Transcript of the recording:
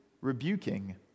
rebuking